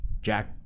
Jack